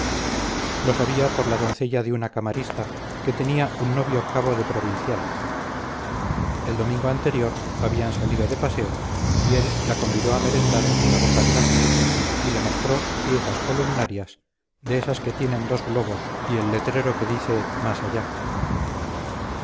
lo sabía por la doncella de una camarista que tenía un novio cabo de provinciales el domingo anterior habían salido de paseo y él la convidó a merendar en la boca del asno y le mostró piezas columnarias de esas que tienen dos globos y el letrero que dice más allá